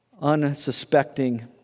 unsuspecting